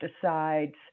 decides